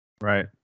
Right